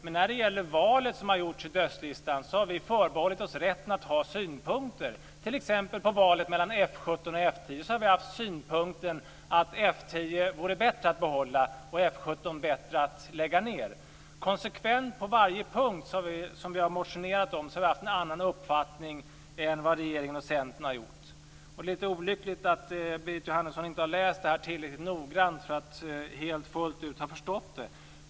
Men när det gäller valet som har gjorts i dödslistan har vi förbehållit oss rätten att ha synpunkter, t.ex. i valet mellan F 17 och F 10. Vi har haft synpunkten att det vore bättre att behålla F 10 och att lägga ned F 17. Konsekvent på varje punkt som vi har motionerat om har vi haft en annan uppfattning än vad regeringen och Centern har haft. Det är lite olyckligt att Berit Jóhannesson inte har läst det här tillräckligt noggrant för att helt fullt ut ha förstått ut.